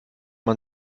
man